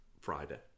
Friday